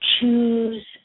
choose